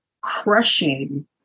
crushing